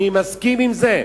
אני מסכים עם זה.